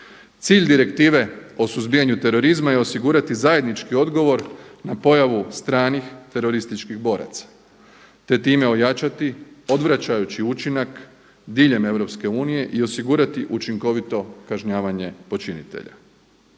Cilj Direktive o suzbijanju terorizma je osigurati zajednički odgovor na pojavu stranih terorističkih boraca, te time ojačati odvraćajući učinak diljem EU i osigurati učinkovito kažnjavanje počinitelja.